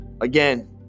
again